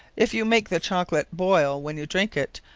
if you make the chocolate boyle, when you drinke it,